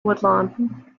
woodlawn